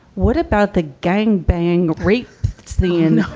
what about the gang bang rape scene? and